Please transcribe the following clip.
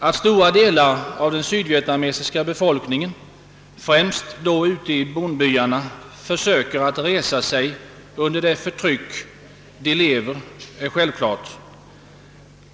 Att stora delar av den sydvietnamesiska befolkningen — främst då ute i bondbyarna — försöker resa sig mot förtrycket är självklart.